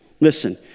Listen